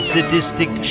Sadistic